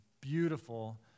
beautiful